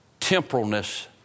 temporalness